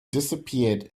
disappeared